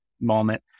moment